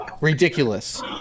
Ridiculous